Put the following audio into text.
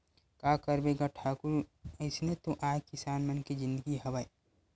का करबे गा ठाकुर अइसने तो आय किसान मन के जिनगी हवय